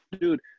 Dude